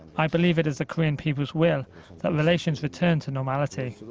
i believe it is the korean peoples' will that relations return to normality.